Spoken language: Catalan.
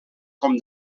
com